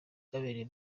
bwabereye